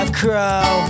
crow